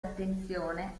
attenzione